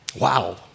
Wow